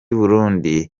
burundi